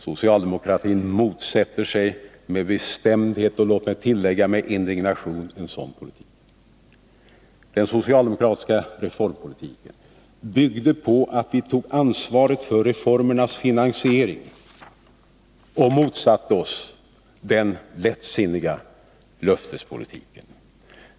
Socialdemokratin motsätter sig med bestämdhet och indignation en sådan politik. Den socialdemokratiska reformpolitiken byggde på att vi tog ansvaret för reformernas finansiering och motsatte oss den lättsinniga löftespolitiken.